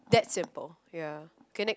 that simple ya okay next